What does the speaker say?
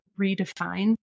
redefine